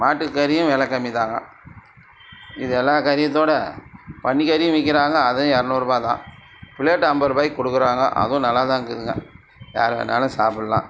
மாட்டுக்கறியும் வெலை கம்மி தான் இது எல்லா கறியத்தோட பன்னிக்கறியும் விற்கிறாங்க அதுவும் இரநூறுபா தான் பிளேட் ஐம்பது ரூபாய்க்கு கொடுக்குறாங்க அதுவும் நல்லாதான் இருக்குதுங்க யார் வேணாலும் சாப்பிட்லாம்